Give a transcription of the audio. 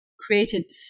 created